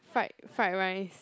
fried fried rice